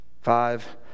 Five